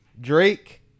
Drake